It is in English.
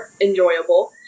enjoyable